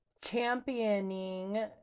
championing